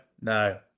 No